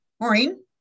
Maureen